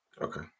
Okay